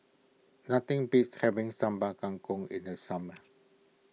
nothing beats having Sambal Kangkong in the summer